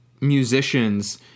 musicians